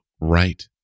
right